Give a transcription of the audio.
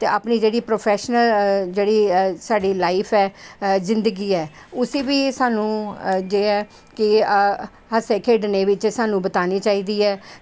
ते अपनी जेह्ड़ी प्रोफेशनल साढ़ी लाईफ ऐ जिंदगी ऐ ते उसी बी सानूं जेह्ड़ा ऐ की हस्सने खेढ़ने बिच बिताने चाहिदी ऐ